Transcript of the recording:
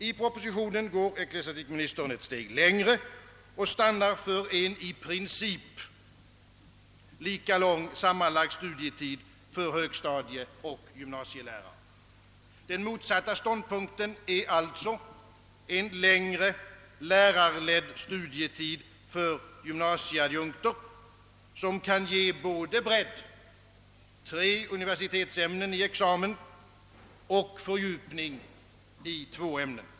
I propositionen går ecklestiastikministern ett steg längre och stannar för en i princip lika lång sammanlagd studietid för högstadieoch gymnasielärare. Den motsatta ståndpunkten är alltså en längre lärarledd studietid för gymnasieadjunkter, som kan ge både bredd, tre universitetsämnen i examen, och fördjupning i två ämnen.